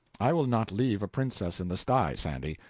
i will not leave a princess in the sty, sandy.